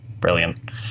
Brilliant